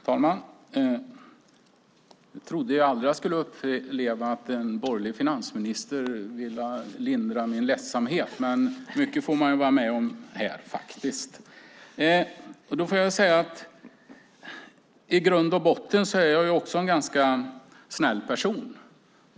Herr talman! Jag trodde aldrig att jag skulle få uppleva att en borgerlig finansminister ville lindra min ledsamhet, men mycket får man vara med om här. Då får jag säga att i grund och botten är jag också en ganska snäll person.